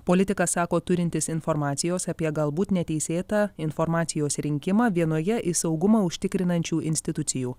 politikas sako turintis informacijos apie galbūt neteisėtą informacijos rinkimą vienoje saugumą užtikrinančių institucijų